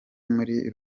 muri